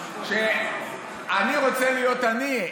שאני רוצה להיות אני,